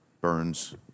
Burns